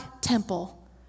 temple